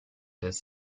his